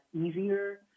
easier